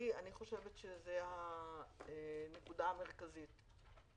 אני חושבת שזאת הנקודה המרכזית.